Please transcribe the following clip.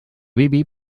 bibi